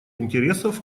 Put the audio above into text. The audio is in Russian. интересов